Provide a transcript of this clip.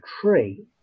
tree